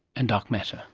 and dark matter.